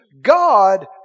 God